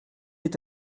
est